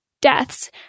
deaths